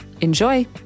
Enjoy